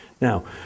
Now